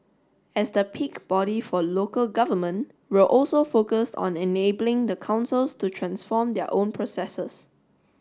as the peak body for local government we're also focused on enabling the councils to transform their own processes